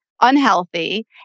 unhealthy